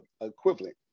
equivalent